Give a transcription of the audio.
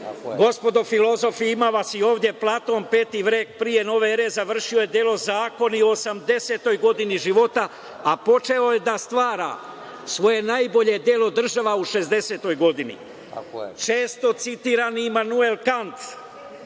Gospodo filozofi, ima vas i ovde, Platon, peti vek pre nove ere, završio je delo "Zakoni" u 80. godini života, a počeo je da stvara svoje najbolje delo "Država" u 60. godini. Često citirani Imanuel Kant